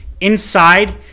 inside